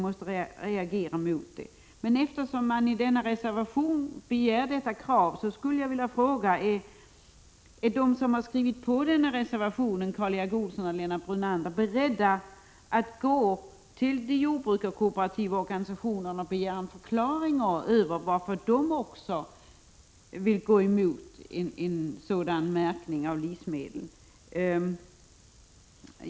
Eftersom kravet ändå framställs i denna reservation skulle jag vilja fråga: Är de som skrivit på reservationen, Karl Erik Olsson och Lennart Brunander, beredda att gå till jordbrukets kooperativa organisationer och begära en förklaring till varför de går emot en sådan märkning av livsmedel?